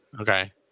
okay